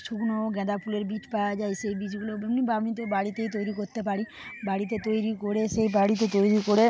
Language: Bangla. শুকনো গাঁদা ফুলের বীজ পাওয়া যায় সেই বীজগুলো এমনি বা আমি তো বাড়িতেই তৈরি করতে পারি বাড়িতে তৈরি করে সে বাড়িতে তৈরি করে